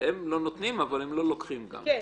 הם לא נותנים אבל הם לא לוקחים גם.